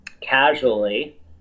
Casually